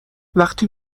وقتی